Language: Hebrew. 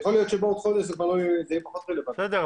יכול להיות שבעוד חודש זה יהיה פחות רלוונטי.